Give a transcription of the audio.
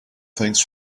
things